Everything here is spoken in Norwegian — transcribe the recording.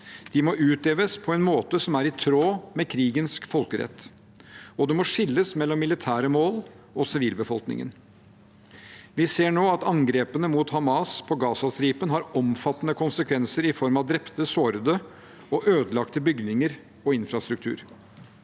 De må utøves på en måte som er i tråd med krigens folkerett, og det må skilles mellom militære mål og sivilbefolkningen. Vi ser nå at angrepene mot Hamas på Gazastripen har omfattende konsekvenser i form av drepte, sårede og ødelagte bygninger og infrastruktur.